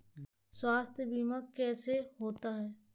स्वास्थ्य बीमा कैसे होता है?